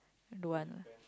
don't want lah